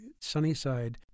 Sunnyside